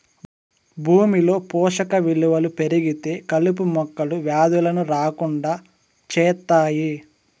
భూమిలో పోషక విలువలు పెరిగితే కలుపు మొక్కలు, వ్యాధులను రాకుండా చేత్తాయి